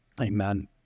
Amen